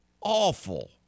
awful